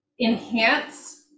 enhance